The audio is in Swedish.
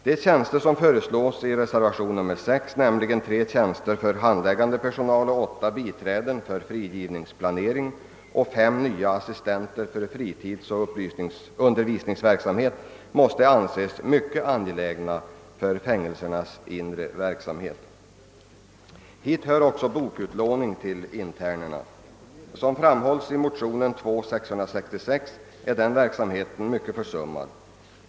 De tjänster som föreslås i reservation 6, nämligen tre tjänster för handläggande personal, åtta för biträden för frigivningsplanering och fem nya assistenttjänster för fritidsoch undervisningsverksamhet, måste anses mycket angelägna för fängelsernas inre verksamhet. Hit hör också bokutlåning till internerna. Som framhålls i motion II: 666 är biblioteksverksamheten mycket försummad.